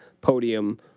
podium